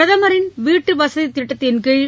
பிரதமரின் வீட்டுவசதி திட்டத்தின்கீழ்